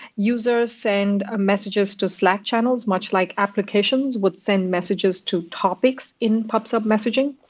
users send ah messages to slack channels much like applications would send messages to topics in pub sub messaging.